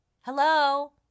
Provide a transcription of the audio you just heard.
Hello